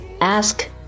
ask